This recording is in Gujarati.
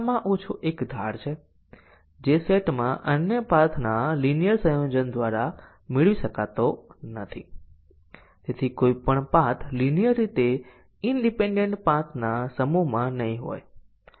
તેથી મલ્ટીપલ કન્ડીશન ના ડીસીઝન કવરેજ માં આપણે આ દરેક બેઝીક કન્ડીશન ને સાચા અને ખોટા મૂલ્યો પ્રાપ્ત કરવા દઈએ છીએ